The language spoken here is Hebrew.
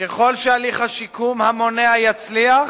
ככל שהליך השיקום המונע יצליח,